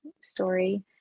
story